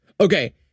Okay